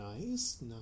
nice